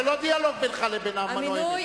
זה לא דיאלוג בינך לבין הנואמת.